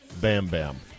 bam-bam